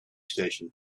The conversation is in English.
station